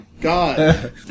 god